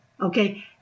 Okay